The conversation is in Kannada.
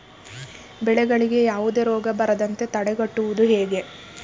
ಬೆಳೆಗಳಿಗೆ ಯಾವುದೇ ರೋಗ ಬರದಂತೆ ತಡೆಗಟ್ಟುವುದು ಹೇಗೆ?